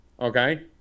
okay